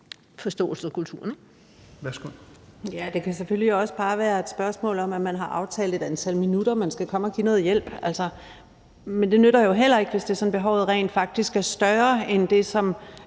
Kirsten Normann Andersen (SF): Ja, og det kan selvfølgelig også bare være et spørgsmål om, at man har aftalt et antal minutter, man skal komme og give noget hjælp. Men det nytter jo heller ikke, hvis det er sådan, at behovet rent faktisk er større end det, der